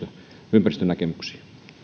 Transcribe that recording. ympäristönäkemyksiä